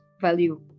value